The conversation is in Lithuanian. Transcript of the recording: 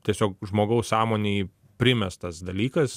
tiesiog žmogaus sąmonei primestas dalykas